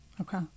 okay